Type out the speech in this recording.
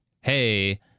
hey